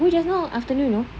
I go just now afternoon know